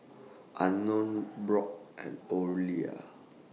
Unknown Brock and Orelia